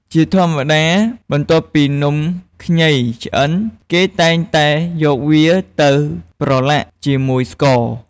ជាធម្មតា បន្ទាប់ពីនំខ្ញីឆ្អិន គេតែងតែយកវាទៅប្រឡាក់ជាមួយស្ករ។